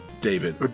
David